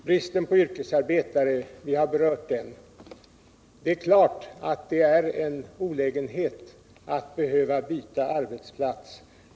Bristen på yrkesarbetare har berörts. Det är klart att det är en olägenhet att behöva byta arbetsplats.